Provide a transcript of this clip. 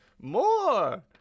more